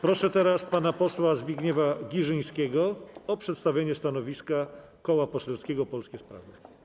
Proszę pana posła Zbigniewa Girzyńskiego o przedstawienie stanowiska Koła Poselskiego Polskie Sprawy.